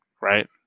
right